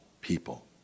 people